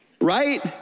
Right